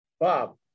Bob